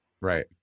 Right